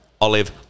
Olive